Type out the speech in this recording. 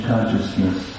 consciousness